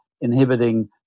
inhibiting